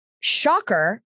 shocker